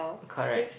correct